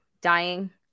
dying